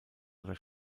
oder